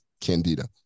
candida